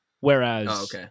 Whereas